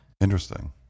interesting